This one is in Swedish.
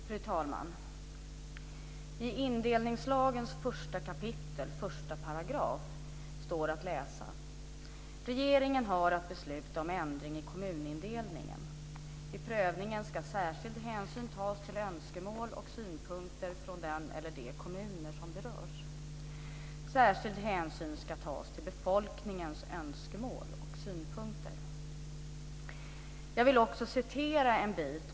Fru talman! I indelningslagens 1 kap. 1 § står att läsa: Regeringen har att besluta om ändring i kommunindelningen. Vid prövningen ska särskild hänsyn tas till önskemål och synpunkter från den eller de kommuner som berörs. Särskild hänsyn ska tas till befolkningens önskemål och synpunkter. Jag vill också citera något.